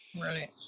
Right